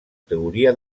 teoria